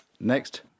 Next